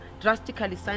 drastically